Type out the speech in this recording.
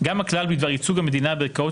גם הכלל בדבר ייצוג המדינה בערכאות